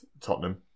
Tottenham